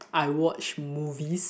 I watch movies